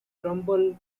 trumbull